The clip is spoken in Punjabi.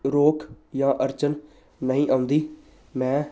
ਰੋਕ ਜਾਂ ਅੜਚਨ ਨਹੀਂ ਆਉਂਦੀ ਮੈਂ